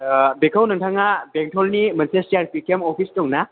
बेखौ नोंथाङा बेंटलनि मोनसे C R P camp office दं ना